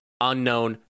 unknown